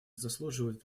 заслуживают